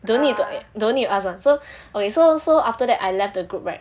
don't need t~ don't need to ask [one] so okay so so after that I left the group right